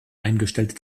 eingestellte